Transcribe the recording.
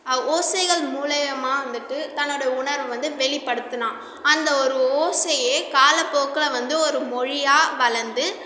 அவ் ஓசைகள் மூலையமாக வந்துவிட்டு தன்னோட உணர்வை வந்து வெளிப்படுத்துனான் அந்த ஒரு ஓசையே காலப்போக்கில் வந்து ஒரு மொழியாக வளர்ந்து